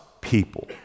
people